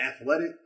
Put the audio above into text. athletic